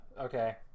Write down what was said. Okay